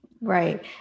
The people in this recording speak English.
Right